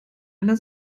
einer